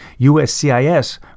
USCIS